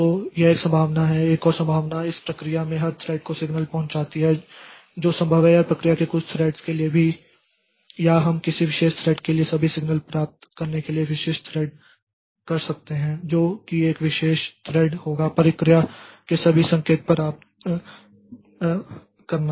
तो यह एक संभावना है एक और संभावना इस प्रक्रिया में हर थ्रेड को सिग्नल पहुंचाती है जो संभव है या प्रक्रिया के कुछ थ्रेड्स के लिए भी या हम किसी विशेष थ्रेड के लिए सभी सिग्नल प्राप्त करने के लिए विशिष्ट थ्रेड कर सकते हैं जो कि एक विशेष थ्रेड होगा प्रक्रिया के सभी संकेत प्राप्त करना